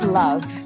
love